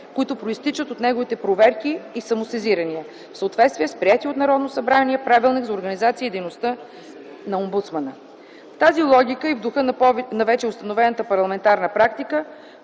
които произтичат от неговите проверки и самосезирания, в съответствие с приетия от Народното събрание Правилник за организацията и дейността на омбудсмана. В тази логика и в духа на вече установената парламентарна практика,